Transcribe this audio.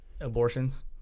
Abortions